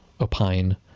opine